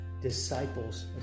disciples